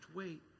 wait